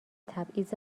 تبعیض